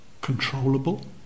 controllable